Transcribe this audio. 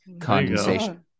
condensation